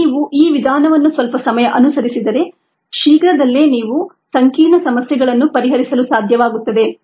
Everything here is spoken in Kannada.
ಮತ್ತು ನೀವು ಈ ವಿಧಾನವನ್ನು ಸ್ವಲ್ಪ ಸಮಯ ಅನುಸರಿಸಿದರೆ ಶೀಘ್ರದಲ್ಲೇ ನೀವು ಸಂಕೀರ್ಣ ಸಮಸ್ಯೆಗಳನ್ನು ಪರಿಹರಿಸಲು ಸಾಧ್ಯವಾಗುತ್ತದೆ